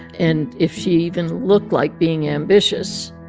and if she even looked like being ambitious,